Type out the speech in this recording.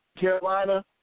Carolina –